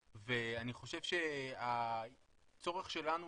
מיוחדים, ואני חושב שהצורך שלנו